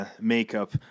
makeup